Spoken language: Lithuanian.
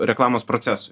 reklamos procesui